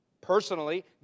Personally